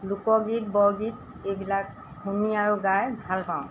লোকগীত বৰগীত এইবিলাক শুনি আৰু গাই ভাল পাওঁ